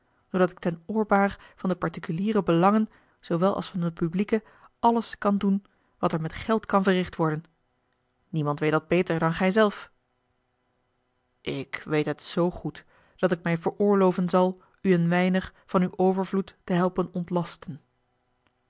zoodat ik ten oorbaar van de a l g bosboom-toussaint de delftsche wonderdokter eel particuliere belangen zoowel als van de publieke alles kan doen wat er met geld kan verricht worden niemand weet dat beter dan gij zelf ik weet het zoo goed dat ik mij veroorloven zal u een weinig van uw overvloed te helpen ontlasten